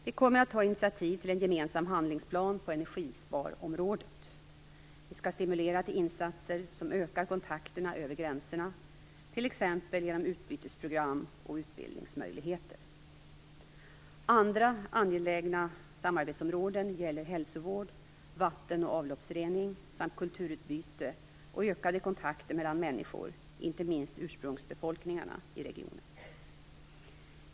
Vi kommer att ta initiativ till en gemensam handlingsplan på energiområdet. Vi skall stimulera till insatser som ökar kontakterna över gränserna t.ex. genom utbytesprogram och utbildningsmöjligheter. Andra angelägna samarbetsområden gäller hälsovård, vatten och avloppsrening samt kulturutbyte och ökade kontakter mellan människor - inte minst ursprungsbefolkningarna - i regionen.